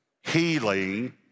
healing